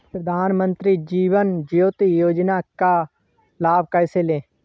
प्रधानमंत्री जीवन ज्योति योजना का लाभ कैसे लें?